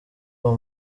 uwo